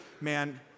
man